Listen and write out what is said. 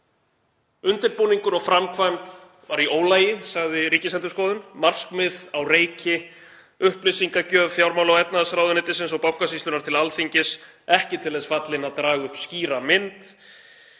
Undirbúningur og framkvæmd var í ólagi, sagði Ríkisendurskoðun, markmið á reiki, upplýsingagjöf fjármála- og efnahagsráðuneytisins og Bankasýslunnar til Alþingis ekki til þess fallin að draga upp skýra mynd,